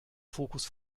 fokus